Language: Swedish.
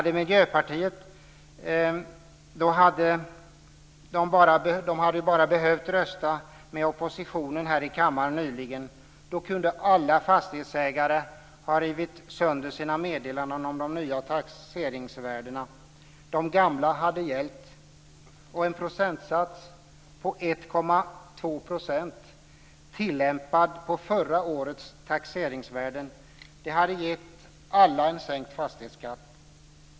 De hade bara behövt rösta med oppositionen här i kammaren nyligen. Då kunde alla fastighetsägare ha rivit sönder sina meddelanden om de nya taxeringsvärdena. De gamla hade gällt och en procentsats på 1,2 % tillämpad på förra årets taxeringsvärden hade gett alla en sänkt fastighetsskatt.